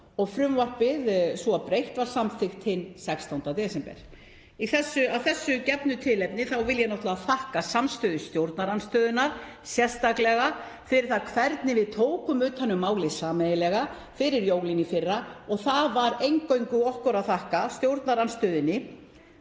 og frumvarpið, svo breytt, var samþykkt hinn 16. desember. Að þessu gefna tilefni vil ég náttúrlega þakka samstöðu stjórnarandstöðunnar sérstaklega fyrir það hvernig við tókum utan um málið sameiginlega fyrir jólin í fyrra og það var eingöngu okkur að þakka, stjórnarandstöðunni,